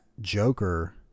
Joker